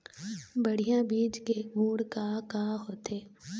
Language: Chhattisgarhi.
बढ़िया बीज के गुण का का होथे?